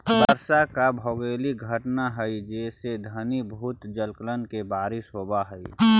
वर्षा एक भौगोलिक घटना हई जेसे घनीभूत जलकण के बारिश होवऽ हई